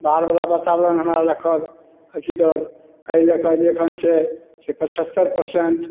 बाहर बला बाताबरणमे हमरा राखत अथी कऽ एहि लऽ कऽ एखन छै से पचहत्तरि परसेन्ट